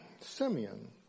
Simeon